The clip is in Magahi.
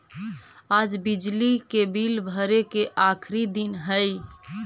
आज बिजली के बिल भरे के आखिरी दिन हई